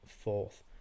fourth